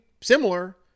similar